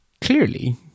clearly